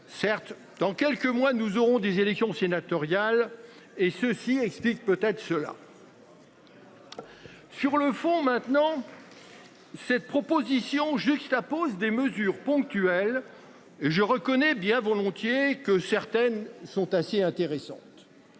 Certes, dans quelques mois, nous aurons des élections sénatoriales et ceci explique peut-être cela. Sur le fond maintenant. Cette proposition juxtapose des mesures ponctuelles, je reconnais bien volontiers que certaines sont assez intéressantes.